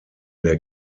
der